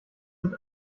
mit